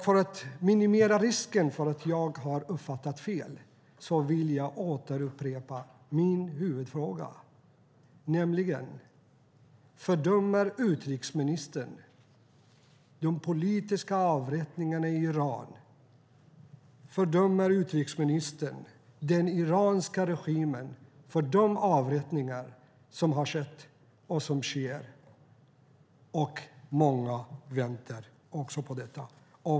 För att minimera risken för att uppfatta fel vill jag betona mina huvudfrågor: Fördömer utrikesministern de politiska avrättningarna i Iran? Fördömer utrikesministern den iranska regimen för de avrättningar som har skett och som sker? Många väntar också på detta.